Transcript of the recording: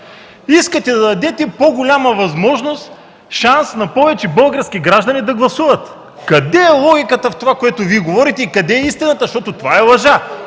Искате да дадете по-голяма възможност и шанс на повече български граждани да гласуват – къде е логиката в това, което Вие говорите и къде е истината, защото това е лъжа?